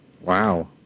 Wow